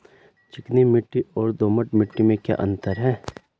चिकनी मिट्टी और दोमट मिट्टी में क्या अंतर है?